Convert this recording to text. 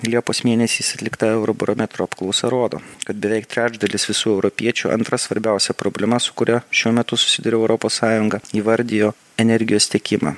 liepos mėnesiais atlikta eurobarometro apklausa rodo kad beveik trečdalis visų europiečių antra svarbiausia problema su kuria šiuo metu susiduria europos sąjunga įvardijo energijos tiekimą